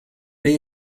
they